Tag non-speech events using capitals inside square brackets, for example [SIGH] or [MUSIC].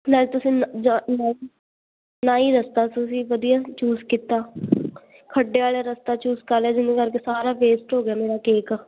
ਨਾਲੇ ਤੁਸੀਂ [UNINTELLIGIBLE] ਨਾ ਹੀ ਰਸਤਾ ਤੁਸੀਂ ਵਧੀਆ ਚੂਜ ਕੀਤਾ ਖੱਡੇ ਵਾਲੇ ਰਸਤਾ ਚੂਜ ਕਰ ਲਿਆ ਜਿਹਦੇ ਕਰਕੇ ਸਾਰਾ ਵੇਸਟ ਹੋ ਗਿਆ ਮੇਰਾ ਕੇਕ